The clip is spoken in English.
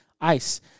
Ice